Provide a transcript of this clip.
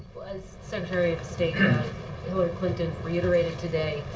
as secretary of state hillary clinton reiterated today,